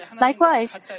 Likewise